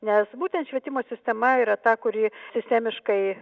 nes būtent švietimo sistema yra ta kuri sistemiškai